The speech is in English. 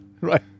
right